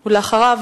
ואחריו,